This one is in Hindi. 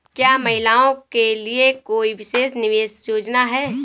क्या महिलाओं के लिए कोई विशेष निवेश योजना है?